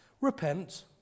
repent